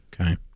Okay